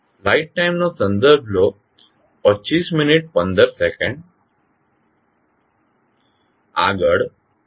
આગળ non touching loops શોધવાના છે